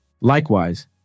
Likewise